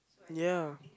ya